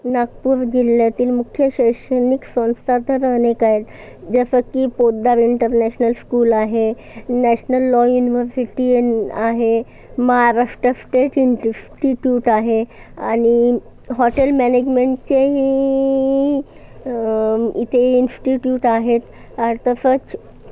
नागपूर जिल्ह्यातील मुख्य शैक्षणिक संस्था तर अनेक आहेत जसं की पोद्दार इंटरनॅशनल स्कूल आहे नॅशनल लॉ युनिव्हर्सिटी एन आहे महाराष्ट्र स्टेट इंटीस्टीट्यूट आहे आणि हॉटेल मॅनेजमेंटचेही इथे इंस्टीट्यूट आहेत आणि तसंच